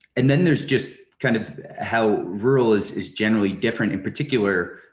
and then there's just kind of how rural is is generally different, in particular,